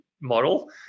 model